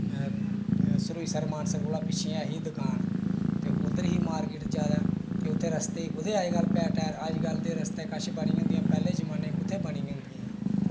सूरूईंसर मानसर कोला पिच्छै ही दकान ते उद्धर ही मार्किट ज्यादै ते उत्थै रस्ते गी कुत्थै टैर अजकल रस्ते कश बनी दियां होदिंया दकानां अजकल पैह्ले जमाने च कुत्थै बनी दियां होंदिया हियां दकाना